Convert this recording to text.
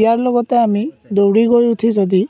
ইয়াৰ লগতে আমি দৌৰি গৈ উঠি যদি